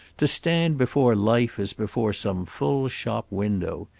to stand before life as before some full shop-window.